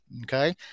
Okay